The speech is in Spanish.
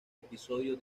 episodio